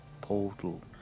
portal